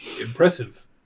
Impressive